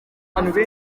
afite